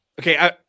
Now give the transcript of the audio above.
okay